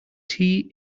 tea